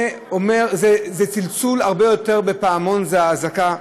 זה הרבה יותר מצלצול פעמון, זאת אזעקה.